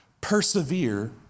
persevere